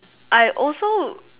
I also